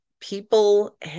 people